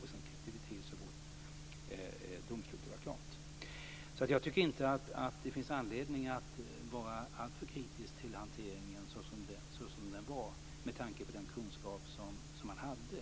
Sedan klippte vi till så snart domslutet var klart. Jag tycker inte att det finns anledning att vara alltför kritisk till hanteringen sådan den var med tanke på den kunskap som man hade